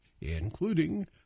including